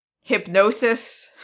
hypnosis